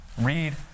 Read